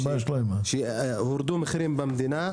הורדו מחירים במדינה,